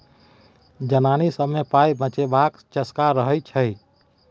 जनानी सब मे पाइ बचेबाक चस्का रहय छै